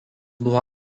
buvo